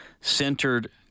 centered